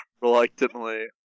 Reluctantly